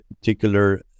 particular